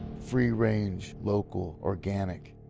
free range, local, organic.